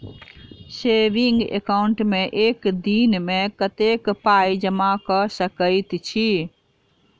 Saving account मे एक दिनमे कतेक पाई जमा कऽ सकैत छी?